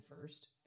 first